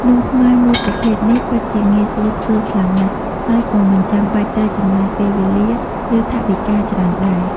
នំខ្មែរមួយប្រភេទនេះពិតជាងាយស្រួលធ្វើខ្លាំងណាស់ ហើយក៏មិនចាំបាច់ត្រូវចំណាយពេលវេលា ឬថវិកាច្រើនដែរ។